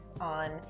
on